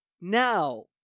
Now